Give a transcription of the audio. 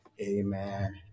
Amen